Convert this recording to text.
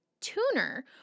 tuner